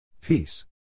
Peace